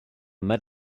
met